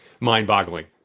mind-boggling